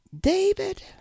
David